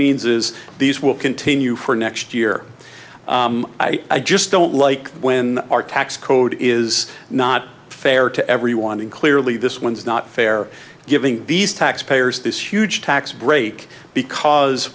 means is these will continue for next year i just don't like when our tax code is not fair to everyone and clearly this one's not fair giving these tax payers this huge tax break because